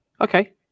Okay